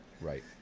right